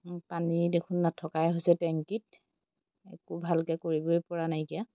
পানী দেখোন নথকাই হৈছে টেংকিত একো ভালকৈ কৰিবই পৰা নাইকিয়া